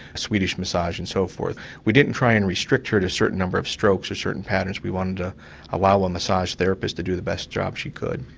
swedish massage and so forth. we didn't try and restrict her to a certain number of strokes, or certain patterns, we wanted to allow a massage therapist to do the best job she could.